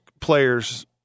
players